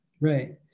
Right